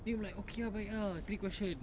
then we like okay lah baik ah three question